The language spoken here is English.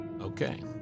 Okay